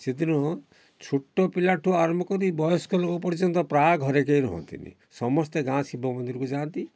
ସେଦିନ ଛୋଟ ପିଲାଠୁ ଆରମ୍ଭ କରି ବୟସ୍କ ଲୋକ ପର୍ଯ୍ୟନ୍ତ ପ୍ରାୟ ଘରେ କେହି ରୁହନ୍ତିନି ସମସ୍ତେ ଗାଁ ଶିବ ମନ୍ଦିରକୁ ଯାଆନ୍ତି